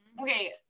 Okay